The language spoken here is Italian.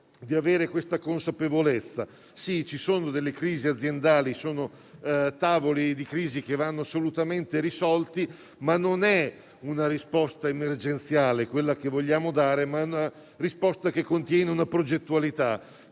di avere questa consapevolezza. È vero che ci sono delle crisi aziendali e ci sono tavoli di crisi che vanno assolutamente risolti, ma non è una risposta emergenziale quella che vogliamo dare, bensì una risposta che contenga una progettualità,